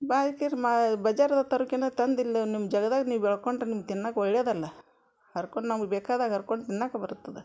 ಮಾ ಬಜಾರ್ಗೆ ಹೋಗ್ ತರುಕ್ಕಿಂತ ತಂದಿಲ್ ನಿಮ್ಮ ಜಾಗದಾಗ ನೀವು ಬೆಳ್ಕೊಂಡರೆ ನಿಮ್ಗೆ ತಿನ್ನಕ್ಕೆ ಒಳ್ಳೆದಲ್ವಾ ಹರ್ಕೊಂಡು ನಮ್ಗೆ ಬೇಕಾದಾಗ ಹರ್ಕೊಂಡು ತಿನ್ನಕ್ಕ ಬರತ್ತೆ ಅದು